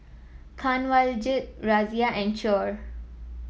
Kanwaljit Razia and Choor